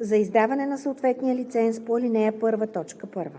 за издаване на съответната лицензия по ал. 1,